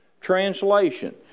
translation